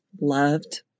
loved